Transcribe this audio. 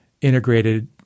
integrated